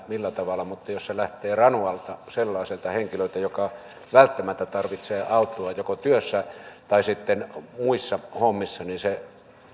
millään tavalla mutta jos se lähtee ranualta sellaiselta henkilöltä joka välttämättä tarvitsee autoa joko työssä tai sitten muissa hommissa niin